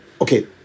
Okay